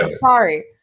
Sorry